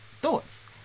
thoughts